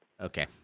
Okay